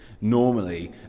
normally